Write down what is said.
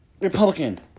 Republican